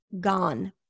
gone